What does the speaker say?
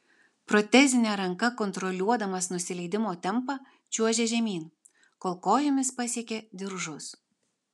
protezine ranka kontroliuodamas nusileidimo tempą čiuožė žemyn kol kojomis pasiekė diržus